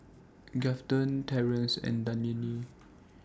Grafton Terance and Dayne